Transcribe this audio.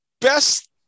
best